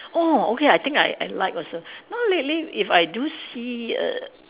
oh okay I think I I like also know lately if I do see a